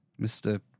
Mr